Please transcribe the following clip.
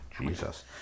Jesus